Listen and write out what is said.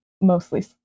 mostly